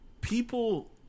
people